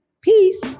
Peace